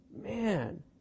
Man